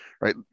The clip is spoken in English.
Right